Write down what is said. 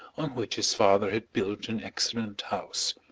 on which his father had built an excellent house.